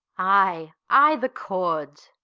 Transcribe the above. ay, ay, the cords.